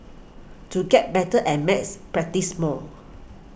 to get better at maths practise more